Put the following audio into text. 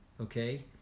okay